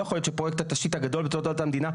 לא יכול להיות שפרויקט התשתית הגדול בתולדות המדינה,